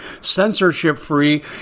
censorship-free